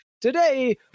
Today